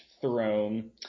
throne